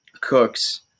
Cooks